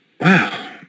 Wow